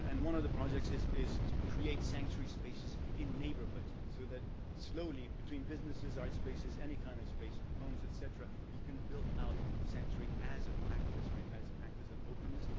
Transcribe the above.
and one of the projects is is to create sanctuary spaces in neighborhoods, so that slowly between businesses, art spaces, any kind of space, homes, et cetera, you can build out sanctuary as a practice, right, as a practice of openness,